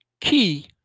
key